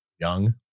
young